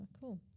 cool